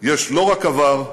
יש לא רק עבר,